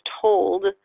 told